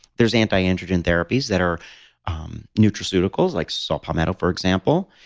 there's anti-androgen therapies that are um nutraceuticals like saw palmetto, for example.